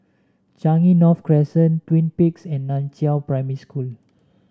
Changi North Crescent Twin Peaks and Nan Chiau Primary School